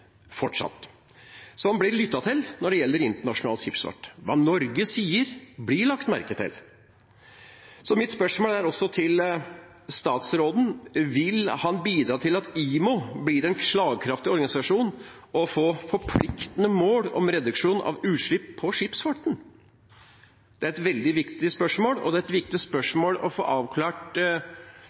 fortsatt – som blir lyttet til når det gjelder internasjonal skipsfart. Hva Norge sier, blir lagt merke til. Så mitt spørsmål til statsråden er: Vil han bidra til at IMO blir en slagkraftig organisasjon og til å få forpliktende mål om reduksjon av utslipp i skipsfarten? Det er et veldig viktig spørsmål, og det er viktig å få avklart